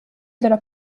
della